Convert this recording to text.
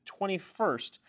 21st